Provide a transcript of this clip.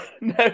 No